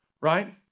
right